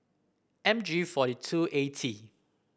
M G forty two A T